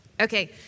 Okay